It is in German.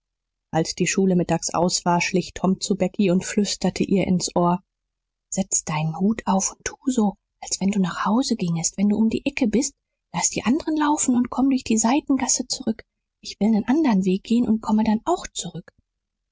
als die schule mittags aus war schlich tom zu becky und flüsterte ihr ins ohr setz deinen hut auf und tu so als wenn du nach hause gingest wenn du um die ecke bist laß die anderen laufen und komm durch die seitengasse zurück ich will nen anderen weg gehen und komme dann auch zurück